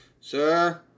Sir